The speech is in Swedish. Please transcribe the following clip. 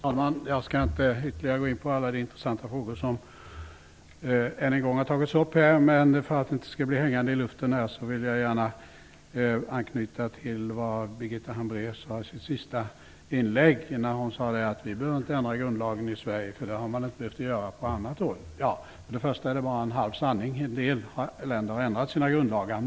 Herr talman! Jag skall inte ytterligare gå in på alla intressanta frågor som än en gång har tagits upp här. Men för att inte allt skall bli hängande i luften vill jag anknyta till det som Birgitta Hambraeus sade i sitt senaste inlägg. Hon sade att vi inte behöver ändra grundlagen i Sverige därför att det har man inte behövt att göra på annat håll. Till att börja med var detta en halv sanning. En del länder har ändrat sina grundlagar.